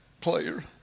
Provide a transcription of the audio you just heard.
player